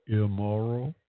immoral